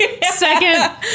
Second